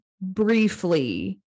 briefly